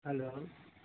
hello